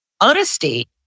honesty